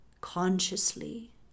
consciously